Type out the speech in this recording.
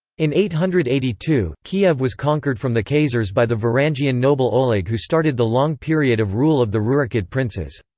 in eight hundred and eighty two, kiev was conquered from the khazars by the varangian noble oleg who started the long period of rule of the rurikid princes.